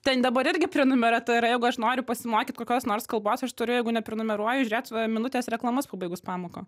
ten dabar irgi prenumerata yra jeigu aš noriu pasimokyt kokios nors kalbos aš turiu jeigu ne prenumeruoju žiūrėt minutės reklamas pabaigus pamoką